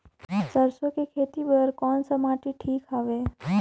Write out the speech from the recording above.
सरसो के खेती बार कोन सा माटी ठीक हवे?